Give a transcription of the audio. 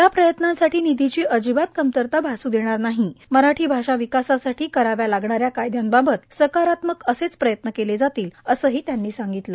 या प्रयत्नांसाठी निधीची अजिबात कमतरता भासू देणार नाही मराठी भाषा विकासासाठी कराव्या लागणाऱ्या कायद्यांबाबत सकारात्मक असेच प्रयत्न केले जातील असेही त्यांनी सांगितले